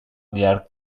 llarg